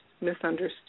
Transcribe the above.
misunderstood